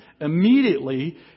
Immediately